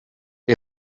est